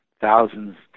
thousands